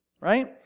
right